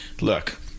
look